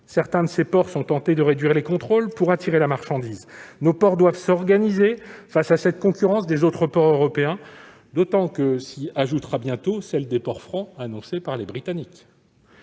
Certains de ces ports sont tentés de réduire les contrôles pour attirer la marchandise. Nos ports doivent s'organiser face à la concurrence des autres ports européens, d'autant que s'y ajoutera bientôt celle des ports francs annoncés par les Britanniques.